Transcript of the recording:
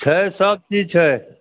छै सबचीज छै